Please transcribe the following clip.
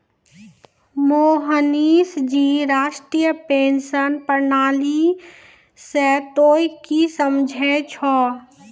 मोहनीश जी राष्ट्रीय पेंशन प्रणाली से तोंय की समझै छौं